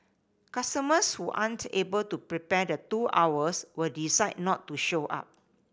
customers who aren't able to prepare the two hours would decide not to show up